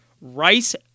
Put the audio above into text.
Rice